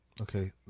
Okay